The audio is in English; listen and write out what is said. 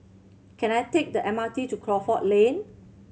can I take the M R T to Crawford Lane